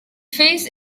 face